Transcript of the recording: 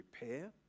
repair